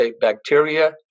bacteria